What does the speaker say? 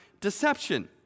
deception